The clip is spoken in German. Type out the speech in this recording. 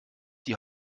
die